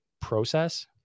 process